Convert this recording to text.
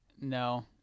No